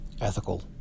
ethical